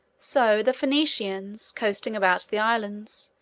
so, the phoenicians, coasting about the islands,